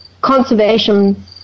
Conservation